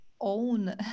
own